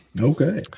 Okay